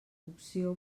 cocció